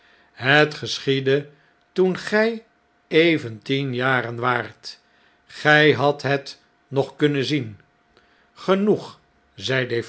het geschiedde toen gjj even tien jaren waart gij hadt het nog kunnen zien genoeg